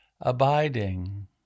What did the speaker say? abiding